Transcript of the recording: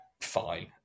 fine